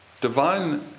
divine